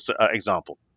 example